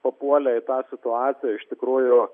papuolė į tą situaciją iš tikrųjų